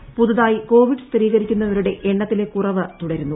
രാജ്യത്ത് പുതുതായി കോവിഡ് സ്ഥിരീകരിക്കുന്നവരുടെ എണ്ണത്തിലെ കുറവ് തുടരുന്നു